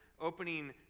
opening